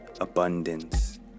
abundance